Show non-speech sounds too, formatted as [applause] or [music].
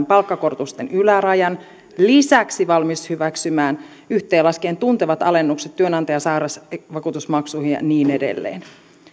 [unintelligible] palkankorotusten ylärajan ja lisäksi se on valmis hyväksymään yhteen laskien tuntuvat alennukset työnantajan sairausvakuutusmaksuihin ja niin edelleen